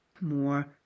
more